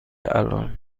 الان